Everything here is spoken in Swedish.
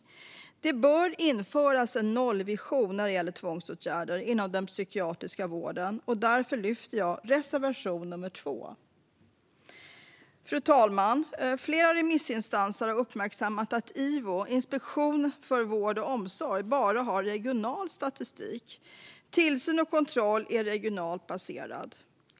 Det bör införas en nollvision när det gäller tvångsåtgärder inom den psykiatriska vården. Därför yrkar jag bifall till reservation nr 2. Fru talman! Flera remissinstanser har uppmärksammat att IVO, Inspektionen för vård och omsorg, bara har regional statistik. Tillsyn och kontroll är regionalt baserad.